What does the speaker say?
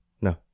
No